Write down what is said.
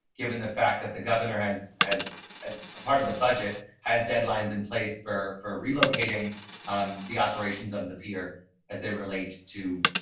given the fact that the governor has has as part of the budget has deadlines in place for for relocating um the operations of the pier as they relate to